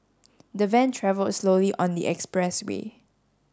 the van travelled slowly on the expressway